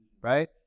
Right